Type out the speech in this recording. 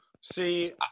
See